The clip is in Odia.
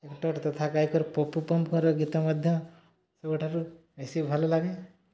ଏକ୍ଟର୍ ତଥା ଗାୟକ ପପୁ ପମ୍ପମ୍ର ଗୀତ ମଧ୍ୟ ସବୁଠାରୁ ବେଶୀ ଭଲ ଲାଗେ